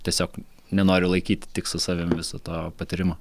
tiesiog nenoriu laikyti tik su savim viso to patyrimo